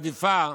עדיפה,